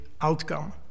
outcome